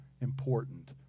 important